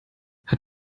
hat